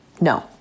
No